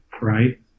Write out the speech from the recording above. right